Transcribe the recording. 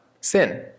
sin